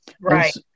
Right